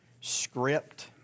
script